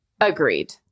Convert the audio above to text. Agreed